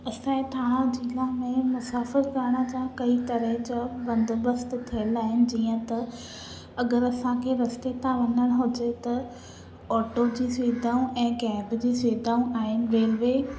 असाजे थाणा ज़िला में मुसाफ़िर करण जा कई तरह जा बंदोबस्त थियल आहिनि जीअं त अगरि असांखे रस्ते था वञण हुजे त ऑटो जी सुविधाऊं ऐं कैब जी सुविधाऊं आहिनि रेलवे